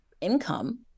income